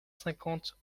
cinquante